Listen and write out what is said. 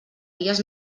dies